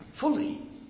fully